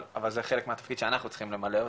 אבל זה חלק מהתפקיד אנחנו צריכים למלא אותו,